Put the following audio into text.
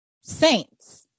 saints